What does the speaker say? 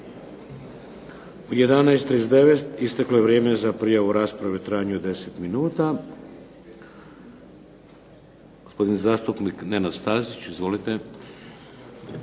U 11,39 isteklo je vrijeme za prijavu rasprave u trajanju od 10 minuta. Gospodin zastupnik Nenad Stazić, izvolite.